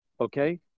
Okay